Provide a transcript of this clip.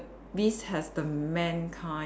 beast has the man kind